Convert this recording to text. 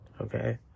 okay